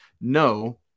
no